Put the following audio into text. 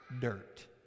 dirt